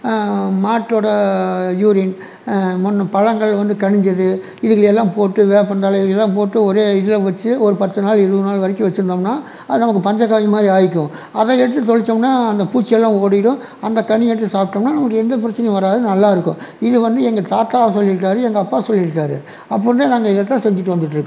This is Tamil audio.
மாட்டோட யூரின் முன்னே பழங்கள் வந்து கனிஞ்சது இதுகளை எல்லாம் போட்டு வேப்பந்தழை இத எல்லாம் போட்டு ஒரே இதை வச்சு ஒரு பத்து நாள் இருபது நாள் வரைக்கும் வச்சுருந்தோம்னா அது நமக்கு பஞ்சக்கவ்யம் மாதிரி ஆயிக்கும் அதை எடுத்து தொளிச்சோம்னா அந்த பூச்சி எல்லாம் ஓடிவிடும் அந்த கனி எடுத்து சாப்பிட்டோம்னா நமக்கு எந்த பிரச்சனையும் வராது நல்லாயிருக்கும் இது வந்து எங்கள் தாத்தா சொல்லிருக்கார் எங்கள் அப்பா சொல்லிருக்கார் அப்போ இருந்தே நாங்கள் இதை தான் செஞ்சிகிட்டு வந்துகிட்டு இருக்